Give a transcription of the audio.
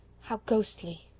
how ghostly!